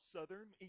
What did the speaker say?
Southern